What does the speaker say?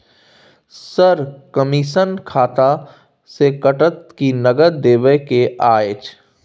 Sir, commission खाता से कटत कि नगद देबै के अएछ?